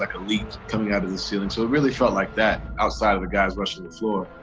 like a leak coming out of the ceiling. so it really felt like that, outside of the guys rushing the floor.